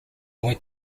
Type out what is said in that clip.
went